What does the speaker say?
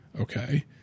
Okay